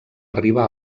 arriba